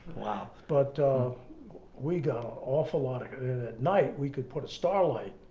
wow. but we got an awful lot. at night, we could put a star light,